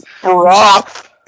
broth